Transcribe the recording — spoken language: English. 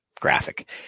graphic